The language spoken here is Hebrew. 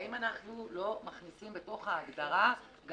האם אנחנו לא מכניסים בתוך ההגדרה גם